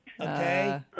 Okay